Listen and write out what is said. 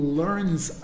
learns